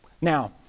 Now